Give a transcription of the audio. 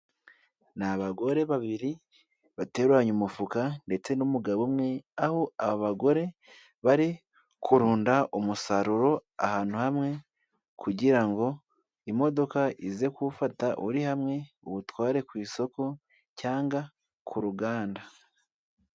Ni abagore babiri bateruranye umufuka ndetse n'umugabo umwe, aho abagore bari kurunda umusaruro ahantu hamwe kugira ngo imodoka ize kuwufata uri hamwe iwutware ku isoko cyangwa ku ruganda.